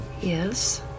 Yes